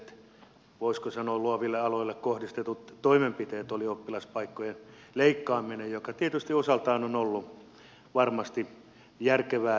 ensimmäinen voisiko sanoa luoville aloille kohdistettu toimenpide oli oppilaspaikkojen leikkaaminen joka tietysti osaltaan on ollut varmasti järkevää ja perusteltua